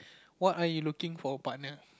what are you looking for a partner